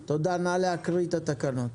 תודה, נא להקריא את התקנות.